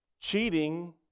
cheating